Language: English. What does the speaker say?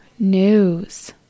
news